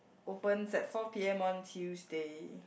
opens at four P_M on Tuesday